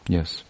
Yes